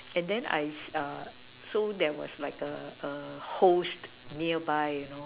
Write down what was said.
and then I s~ uh so there was like a a hose nearby you know